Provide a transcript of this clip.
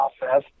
process